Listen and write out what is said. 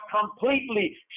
completely